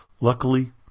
Luckily